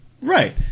Right